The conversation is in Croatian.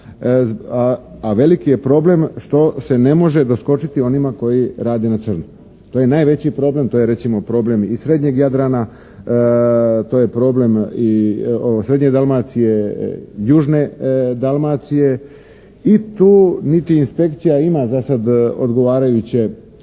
a veliki je problem što se ne može doskočiti onima koji rade na crno. To je najveći problem, to je recimo problem i srednjeg Jadrana, to je problem i srednje Dalmacije, južne Dalmacije i tu niti inspekcija ima za sad odgovarajuće